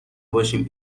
باشیم